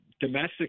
domestic